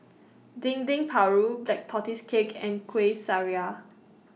Dendeng Paru Black Tortoise Cake and Kuih